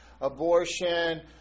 abortion